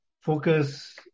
focus